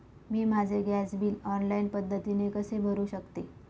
मी माझे gas bill online पद्धतीने कसे भरु शकते?